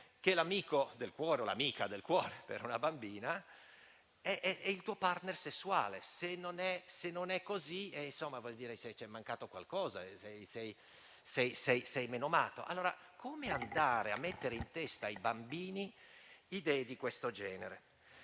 che l'amico del cuore o l'amica del cuore, per una bambina, è il tuo *partner* sessuale. Se non è così, vuol dire che è mancato qualcosa, che sei menomato. Ecco come andare a mettere in testa ai bambini idee di questo genere!